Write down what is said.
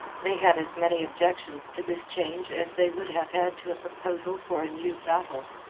they had as many objections to this change as they would have had to a proposal for a new battle.